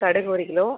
கடுகு ஒரு கிலோ